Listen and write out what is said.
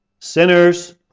sinners